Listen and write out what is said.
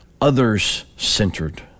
others-centered